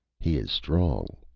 he is strong,